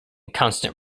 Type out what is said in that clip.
constant